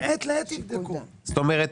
זאת אומרת,